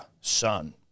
son